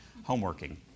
homeworking